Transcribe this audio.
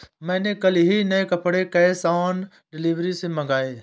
मैंने कल ही नए कपड़े कैश ऑन डिलीवरी से मंगाए